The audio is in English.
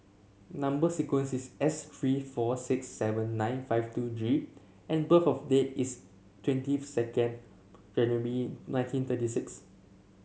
number sequence is S three four six seven nine five two G and birth of date is twenty second January nineteen thirty six